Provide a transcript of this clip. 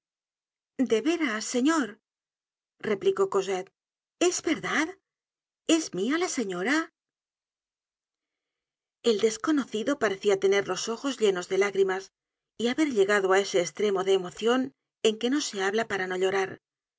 señor replicó cosette es verdad es mia la señora el desconocido parecia tener los ojos llenos de lágrimas y haber llegado á ese estremo de emocion en que no se habla para no llorar